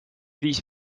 viis